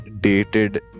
dated